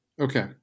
Okay